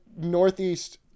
northeast